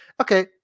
okay